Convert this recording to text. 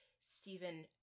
stephen